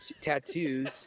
tattoos